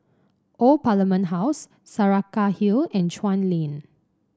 Old Parliament House Saraca Hill and Chuan Lane